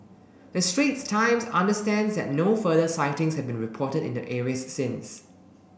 the Straits Times understands that no further sightings have been reported in the areas since